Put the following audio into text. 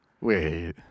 Wait